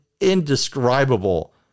indescribable